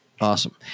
Awesome